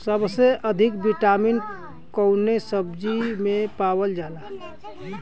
सबसे अधिक विटामिन कवने सब्जी में पावल जाला?